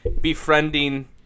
befriending